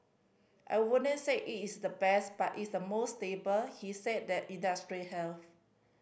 I wouldn't say it is the best but it's the most stable he said that industry health